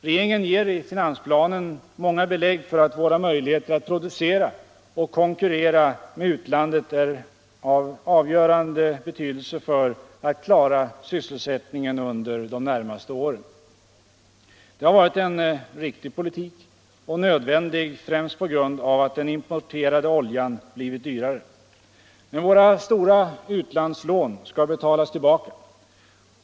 Regeringen ger i finansplanen många belägg för att våra möjligheter att producera och konkurrera med utlandet är av avgörande betydelse för att klara sysselsättningen under de närmaste åren. Det har varit en riktig politik och nödvändig främst på grund av att den importerade oljan blivit dyrare. Men våra stora utlandslån skall betalas tillbaka.